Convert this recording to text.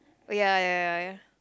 oh ya ya ya ya